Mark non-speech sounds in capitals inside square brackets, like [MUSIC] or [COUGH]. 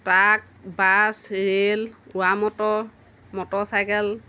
truck bus rail [UNINTELLIGIBLE] motor motor cycle